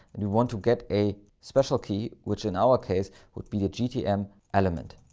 and we want to get a special key, which in our case, would be the gtm element.